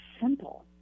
simple